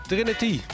Trinity